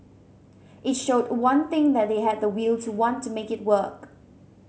it showed one thing that they had the will to want to make it work